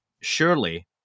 surely